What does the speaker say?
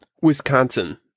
Wisconsin